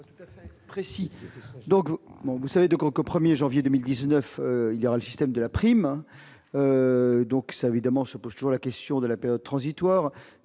vous savez 2 coqs au 1er janvier 2019 il y a le système de la prime, donc ça évidemment se pose toujours la question de la période transitoire